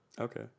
Okay